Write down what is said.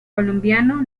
colombiano